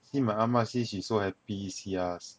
see my ah ma see she so happy see us